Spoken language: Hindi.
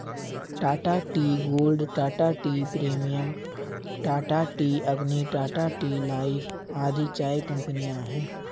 Tata tea gold, Tata tea premium, Tata tea Agni, Tata tea life आदि चाय कंपनियां है